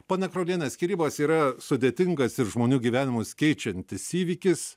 ponia kroliene skyrybos yra sudėtingas ir žmonių gyvenimus keičiantis įvykis